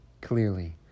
Clearly